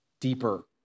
deeper